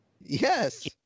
Yes